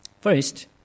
First